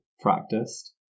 practiced